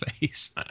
face